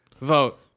Vote